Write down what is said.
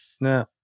No